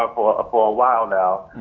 for a while now.